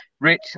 Rich